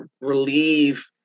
relieve